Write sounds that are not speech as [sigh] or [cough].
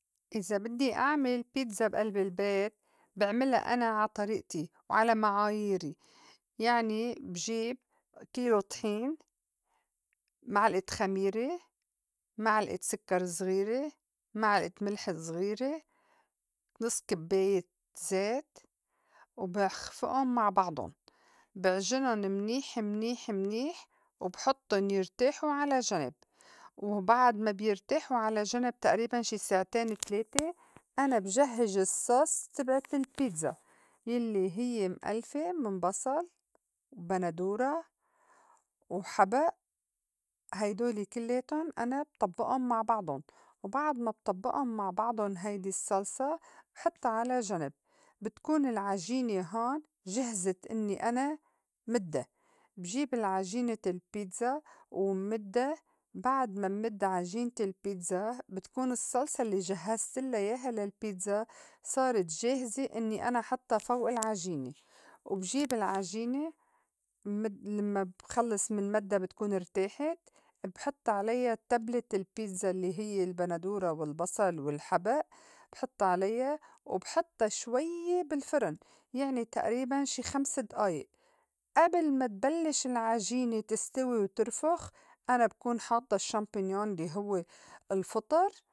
إذا بدّي أعمل بيتزا بألب البيت بعمِلا أنا عا طريئتي وعلى معايري يعني بجيب كيلو طحين، معلئة خميرة، معلئة سكّر زغيرة، معلئة مِلْح زغيرة، نص كبّاية زيت وبخْفِئُن مع بَعْضُن بِعجِنُن منيح منيح منيح وبحطُّن يرتاحوا على جنب، وبعد ما بيرتاحو على جنَب تئريباً شي ساعتين تلاتة [noise] أنا بجهّز الصّوص تبعت البيتزا يلّي هيّ مألْفة من بصل، بندورة، وحبئ هيدولي كلّايتُن انا بطبّئُن مع بَعْضُن وبعد ما بطبّئُن مع بعضُن هيدي الصّلصة بحطّا على جنب ، بتكون العجينة هون جِهزِت إنّي أنا مدّا بجيب العجينة البيتزا وبمدّا بعد ما نمد عجينة البيتزا بتكون الصّلصة الّي جهزتلّا ياها للبيتزا صارت جاهزة إنّي أنا حطّا فوء العجينة، [noise] وبجيب العجينة مدّا لمّا بخلّص من مدّا بتكون ارتاحت بحط عليا التّبلِت البيتزا الّي هيّ البندورة، والبصل، والحبئ، بحط عليّا وبحطّا شويّة بالفِرِن يعني تئريباً شي خمس دئايئ أبل ما تبلّش العجينة تستوي وتنفُخ أنا بكون حاطّة champignon الّي هوّ الفُطُر.